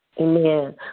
Amen